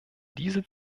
diese